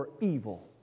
evil